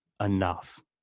enough